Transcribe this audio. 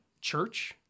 church